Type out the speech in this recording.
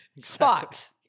spot